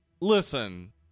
Listen